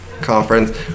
conference